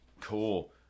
Cool